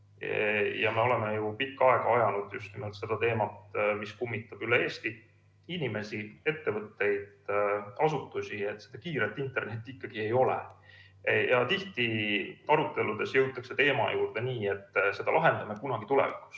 Me oleme ju pikka aega ajanud just nimelt seda teemat, mis kummitab üle Eesti inimesi, ettevõtteid ja asutusi, et seda kiiret internetti ikkagi ei ole. Tihti jõutakse aruteludes teema juurde nii, et seda me lahendame kunagi tulevikus,